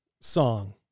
song